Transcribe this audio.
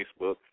Facebook